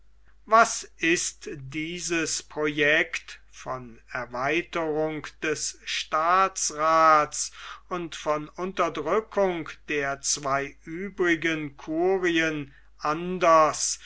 was ist dieses projekt von erweiterung des staatsraths und von unterdrückung der zwei übrigen curien anders